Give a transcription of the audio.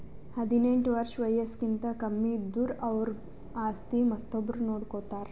ಹದಿನೆಂಟ್ ವರ್ಷ್ ವಯಸ್ಸ್ಕಿಂತ ಕಮ್ಮಿ ಇದ್ದುರ್ ಅವ್ರ ಆಸ್ತಿ ಮತ್ತೊಬ್ರು ನೋಡ್ಕೋತಾರ್